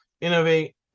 innovate